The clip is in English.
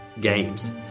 Games